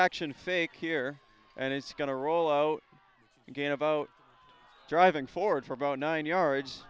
action fake here and it's going to roll out again about driving forward for about nine yards